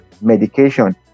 medication